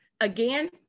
Again